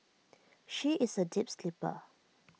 she is A deep sleeper